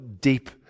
deep